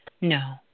No